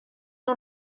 اون